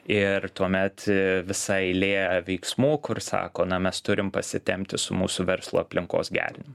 ir tuomet visa eilė veiksmų kur sako na mes turim pasitempti su mūsų verslo aplinkos gerinimu